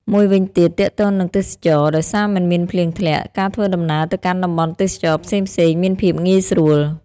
មួយវិញទៀត ទាក់ទងនិងទេសចរណ៍ ដោយសារមិនមានភ្លៀងធ្លាក់ ការធ្វើដំណើរទៅកាន់តំបន់ទេសចរណ៍ផ្សេងៗមានភាពងាយស្រួល។